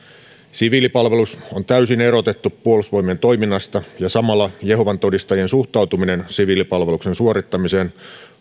siviilipalvelus on täysin erotettu puolustusvoimien toiminnasta ja samalla jehovan todistajien suhtautuminen siviilipalveluksen suorittamiseen